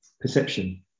perception